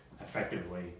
effectively